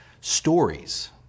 stories